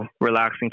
relaxing